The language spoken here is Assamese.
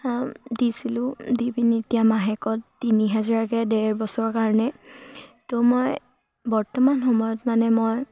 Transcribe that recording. দিছিলোঁ দি পিনি এতিয়া মাহেকত তিনি হাজাৰকৈ ডেৰ বছৰ কাৰণে ত' মই বৰ্তমান সময়ত মানে মই